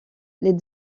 les